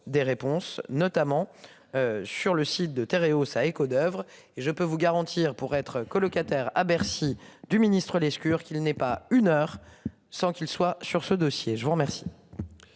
des réponses notamment. Sur le site de Théréau ça Saeco d'Oeuvres et je peux vous garantir pour être colocataires à Bercy du ministre-Lescure qu'il n'est pas une heure sans qu'il soit sur ce dossier, je vous remercie.